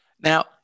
Now